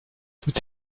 toute